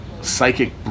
psychic